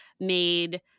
made